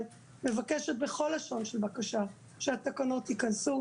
- מבקשת בכל לשון של בקשה שהתקנות ייכנסו,